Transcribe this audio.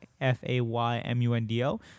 f-a-y-m-u-n-d-o